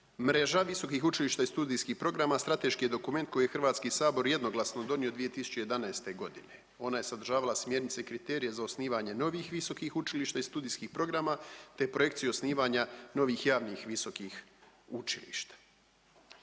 Mreža visokih učilišta i studijskih programa strateški je dokument koji je Hrvatski sabor jednoglasno donio 2011. godine. Ona je sadržavala smjernice i kriterije za osnivanje novih visokih učilišta i studijskih programa, te projekciju osnivanja novih javnih visokih učilišta.